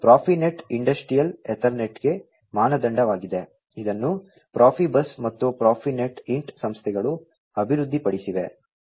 ಆದ್ದರಿಂದ profinet industrial ಎತರ್ನೆಟ್ಗೆ ಮಾನದಂಡವಾಗಿದೆ ಇದನ್ನು Profibus ಮತ್ತು Profinet Int ಸಂಸ್ಥೆಗಳು ಅಭಿವೃದ್ಧಿಪಡಿಸಿವೆ